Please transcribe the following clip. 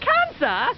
Cancer